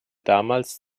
damals